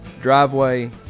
driveway